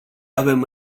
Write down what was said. avem